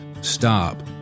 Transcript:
stop